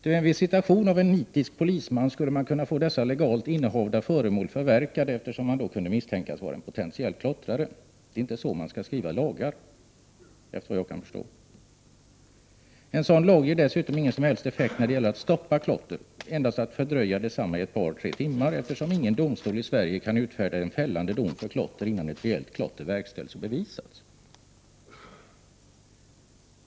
Ty vid en visitation av en nitisk polisman skulle man kunna få dessa legalt innehavda föremål förverkade, eftersom man då kunde misstänkas vara en potentiell klottrare. Vad jag kan förstå är det inte så man skall skriva lagar. En sådan lag ger dessutom ingen som helst effekt när det gäller att stoppa klotter. Den fördröjer endast det hela i ett par tre timmar — eftersom ingen domstol i Sverige kan utfärda en fällande dom för klotter före det att ett reellt klotter verkställts och bevisats.